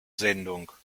sendung